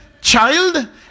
child